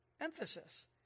emphasis